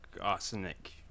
arsenic